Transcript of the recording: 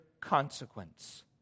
consequence